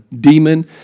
demon